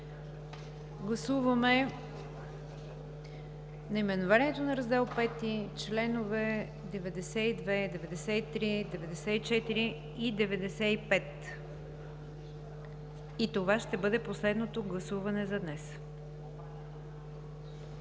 Гласуваме наименованието на Раздел V, членове 92, 93, 94 и 95, и това ще бъде последното гласуване за днес.